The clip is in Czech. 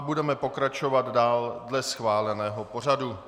Budeme pokračovat dál dle schváleného pořadu.